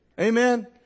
Amen